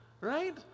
right